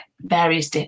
various